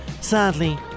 Sadly